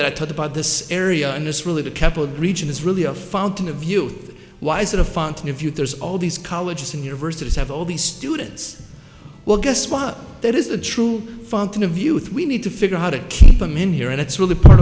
that i talk about this area and it's really the capital region is really a fountain of youth why is it a fountain of youth there's all these colleges and universities have all these students well guess what that is the true fountain of youth we need to figure how to keep them in here and it's really part